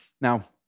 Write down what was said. Now